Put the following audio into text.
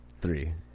Three